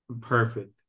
perfect